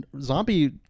Zombie